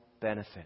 benefit